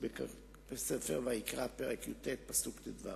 פסוק בספר ויקרא פרק י"ט פסוק ט"ו,